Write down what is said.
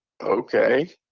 okay